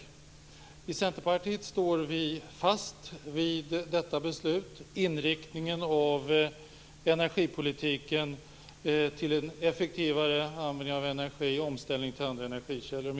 Vi i Centerpartiet står fast vid detta beslut, dvs. inriktningen av energipolitiken till en effektivare användning av energi och omställning till andra energikällor.